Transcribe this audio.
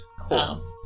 Cool